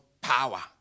power